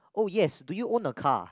oh yes do you own a car